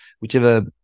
whichever